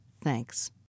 Thanks